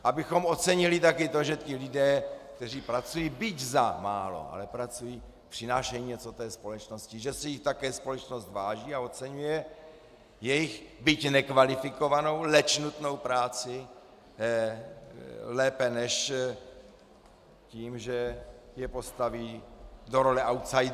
Abychom ocenili taky to, že ti lidé, kteří pracují, byť za málo, ale pracují, přinášejí něco společnosti, že si jich také společnost váží a oceňuje jejich, byť nekvalifikovanou, leč nutnou práci lépe než tím, že je postaví do role outsiderů.